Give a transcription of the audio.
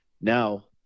now